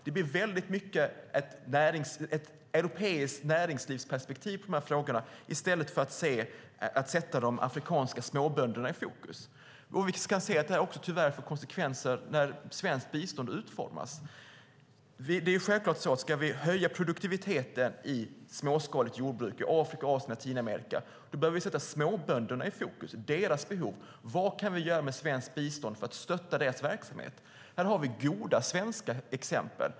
Det blir väldigt mycket ett europeiskt näringslivsperspektiv på frågorna i stället för att sätta de afrikanska småbönderna i fokus. Vi kan se att det tyvärr får konsekvenser när svenskt bistånd utformas. Ska vi öka produktiviteten i småskaligt jordbruk i Afrika, Asien och Latinamerika behöver vi sätta småbönderna och deras behov i fokus. Vad kan vi göra med svenskt bistånd för att stötta deras verksamhet? Här har vi goda svenska exempel.